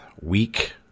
week